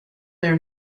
their